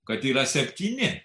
kad yra septyni